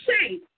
say